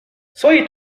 soyez